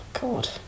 god